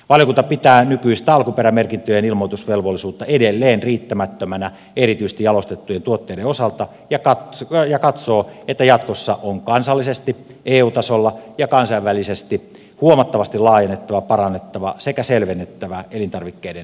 valiokunta pitää nykyistä alkuperämerkintöjen ilmoitusvelvollisuutta edelleen riittämättömänä erityisesti jalostettujen tuotteiden osalta ja katsoo että jatkossa on kansallisesti eu tasolla ja kansainvälisesti huomattavasti laajennettava parannettava sekä selvennettävä elintarvikkeiden alkuperämerkintöjä